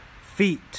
feet